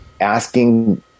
Asking